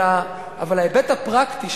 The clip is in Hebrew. אבל ההיבט הפרקטי,